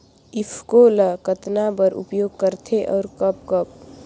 ईफको ल कतना बर उपयोग करथे और कब कब?